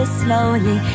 slowly